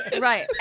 right